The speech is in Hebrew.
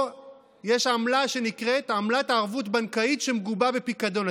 או יש עמלה שנקראת עמלת ערבות בנקאית שמגובה בפיקדון,